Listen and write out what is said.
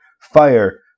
Fire